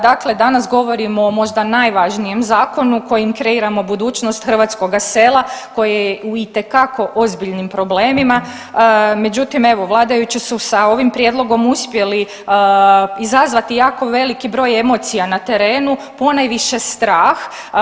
Dakle, danas govorimo o možda najvažnijem zakonu kojim kreiramo budućnost hrvatskoga sela koje je u itekako ozbiljnim problemima, međutim evo vladajući su sa ovim prijedlogom uspjeli izazvati jako veliki broj emocija na terenu, ponajviše strah.